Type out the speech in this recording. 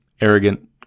arrogant